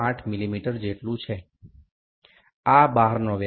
08મીમી જેટલું છે આ બહારનો વ્યાસ છે